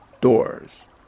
doors